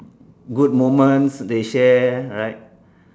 good moments they share right